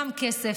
גם כסף,